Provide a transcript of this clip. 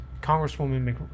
Congresswoman